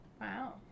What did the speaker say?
Wow